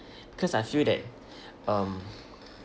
cause I feel that um